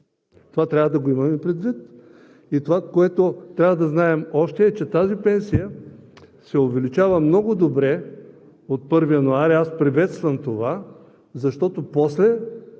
Това трябва да го имаме предвид и това, което трябва да знаем още е, че тази пенсия се увеличава много добре от 1 януари. Аз приветствам това, защото после